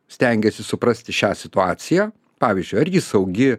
stengiasi suprasti šią situaciją pavyzdžiui ar ji saugi